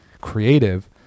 creative